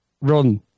run